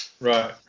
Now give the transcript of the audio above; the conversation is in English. Right